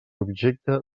objecte